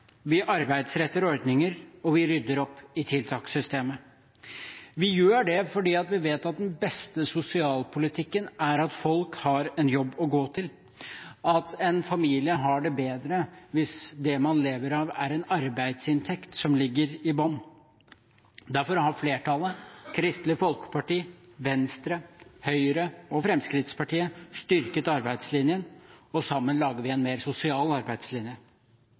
Vi arbeidsretter ordninger, og vi rydder opp i tiltakssystemet. Vi gjør det fordi vi vet at den beste sosialpolitikken er at folk har en jobb å gå til, at en familie har det bedre hvis det man lever av, er en arbeidsinntekt som ligger i bunnen. Derfor har flertallet – Kristelig Folkeparti, Venstre, Høyre og Fremskrittspartiet – styrket arbeidslinjen og sammen lager vi en mer sosial arbeidslinje.